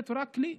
בנט הוא רק כלי.